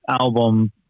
album